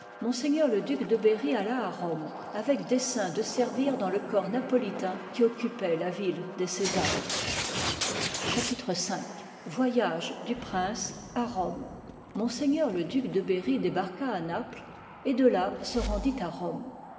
vienne m le duc de berry alla à rome avec dessein de servir dans le corps napolitain qui occupoit la tjlle des césars part liv ii la chapitre v fbjage du prince à rome m le duc de berry débarqua à naples et de là se rendit à rome